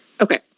Okay